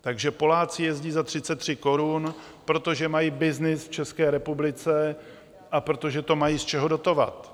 Takže Poláci jezdí za 33 korun, protože mají byznys v České republice a protože to mají z čeho dotovat.